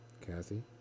Kathy